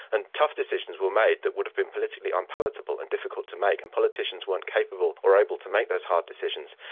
and tough decisions were made that would have been politically unpalatable and difficult to make and politicians weren't capable or able to make those hard decisions.